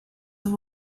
have